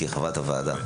מזרסקי, חברת הוועדה,